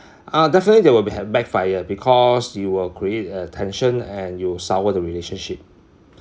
uh definitely there will be have backfire because you've created attention and you sour the relationship